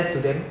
them